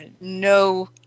no